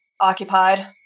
occupied